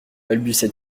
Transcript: balbutia